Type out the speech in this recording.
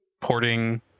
porting